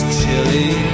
chilly